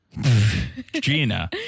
Gina